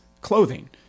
clothing